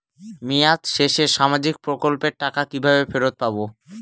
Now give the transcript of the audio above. মেয়াদ শেষে সামাজিক প্রকল্পের টাকা কিভাবে ফেরত পাবো?